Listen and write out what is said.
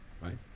Right